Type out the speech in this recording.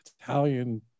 italian